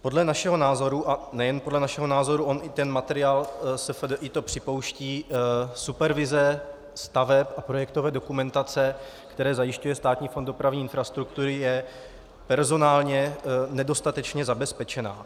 Podle našeho názoru, a nejen podle našeho názoru, on i ten materiál SFDI to připouští, supervize staveb a projektové dokumentace, které zajišťuje Státní fond dopravní infrastruktury, je personálně nedostatečně zabezpečená.